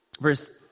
Verse